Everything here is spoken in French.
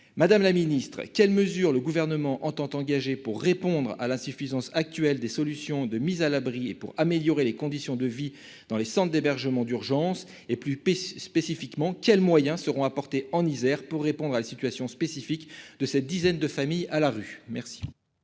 Madame la secrétaire d'État, quelles mesures le Gouvernement entend-il prendre pour répondre à l'insuffisance actuelle des solutions de mise à l'abri et améliorer les conditions de vie dans les centres d'hébergement d'urgence ? Plus spécifiquement, quels moyens apportera-t-on en Isère pour répondre à la situation de ces dizaines de familles à la rue ? La